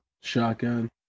shotgun